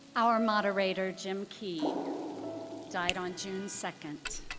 our moderator jim key died on june second.